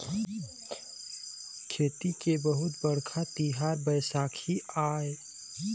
खेती के बहुत बड़का तिहार बइसाखी आय